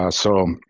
ah so,